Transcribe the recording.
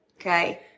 okay